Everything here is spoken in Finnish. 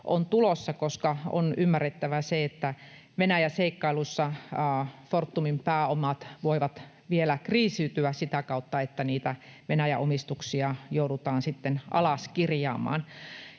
on tulossa, koska on ymmärrettävä se, että Venäjä-seikkailussa Fortumin pääomat voivat vielä kriisiytyä sitä kautta, että niitä Venäjä-omistuksia joudutaan sitten alas kirjaamaan.